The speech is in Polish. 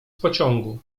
pociągu